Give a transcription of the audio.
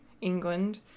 england